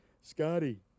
Scotty